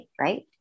right